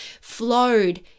flowed